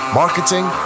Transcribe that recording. marketing